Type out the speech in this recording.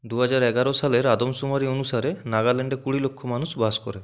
দুহাজার এগারো সালের আদমশুমারি অনুসারে নাগাল্যান্ডে কুড়ি লক্ষ মানুষ বাস করে